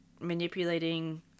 manipulating